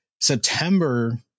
September